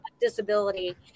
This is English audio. disability